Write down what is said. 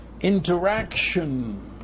interaction